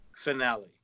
Finale